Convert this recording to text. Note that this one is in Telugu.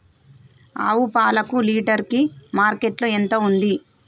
ఆవు పాలకు లీటర్ కి మార్కెట్ లో ఎంత ఉంది?